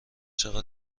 چقدر